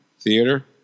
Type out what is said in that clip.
theater